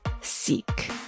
seek